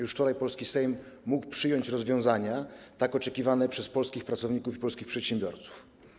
Już wczoraj polski Sejm mógł przyjąć rozwiązania tak oczekiwane przez polskich pracowników i polskich przedsiębiorców.